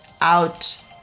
out